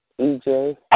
EJ